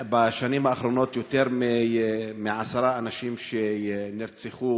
בשנים האחרונות יותר מעשרה אנשים נרצחו